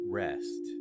rest